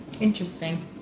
Interesting